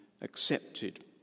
accepted